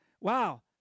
wow